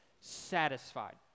satisfied